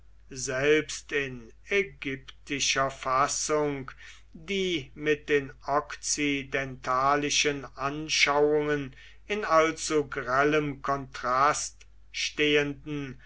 selbst in ägyptischer fassung die mit den okzidentalischen anschauungen in allzu grellem kontrast stehenden